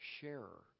sharer